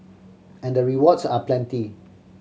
and the rewards are plenty